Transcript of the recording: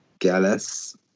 Gallas